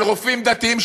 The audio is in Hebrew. של רופאים דתיים,